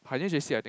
Pioneer j_c I think